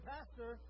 Pastor